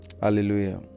Hallelujah